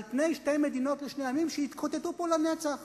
על פני שתי מדינות לשני עמים שיתקוטטו פה לנצח.